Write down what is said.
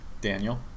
Daniel